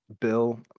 Bill